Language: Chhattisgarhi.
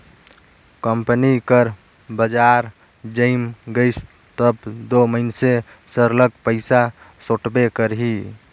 कंपनी कर बजार जइम गइस तब दो मइनसे सरलग पइसा सोंटबे करही